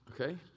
Okay